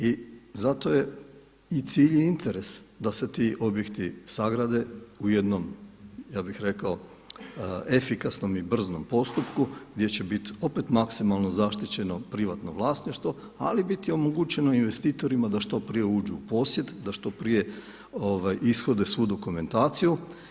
I zato je i cilj i interes da se ti objekti sagrade u jednom, ja bih rekao, efikasnom i brzom postupku gdje će biti opet maksimalno zaštićeno privatno vlasništvo, ali biti omogućeno investitorima da što prije uđu u posjed, da što prije ishode svu dokumentaciju.